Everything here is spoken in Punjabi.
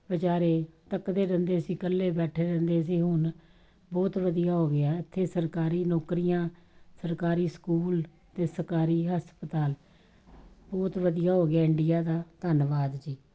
ਵਿਚਾਰੇ ਤੱਕਦੇ ਰਹਿੰਦੇ ਸੀ ਇਕੱਲੇ ਬੈਠੇ ਰਹਿੰਦੇ ਸੀ ਹੁਣ ਬਹੁਤ ਵਧੀਆ ਹੋ ਗਿਆ ਇੱਥੇ ਸਰਕਾਰੀ ਨੌਕਰੀਆਂ ਸਰਕਾਰੀ ਸਕੂਲ ਅਤੇ ਸਰਕਾਰੀ ਹਸਪਤਾਲ ਬਹੁਤ ਵਧੀਆ ਹੋ ਗਿਆ ਇੰਡੀਆ ਦਾ ਧੰਨਵਾਦ ਜੀ